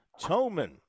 Toman